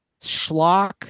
schlock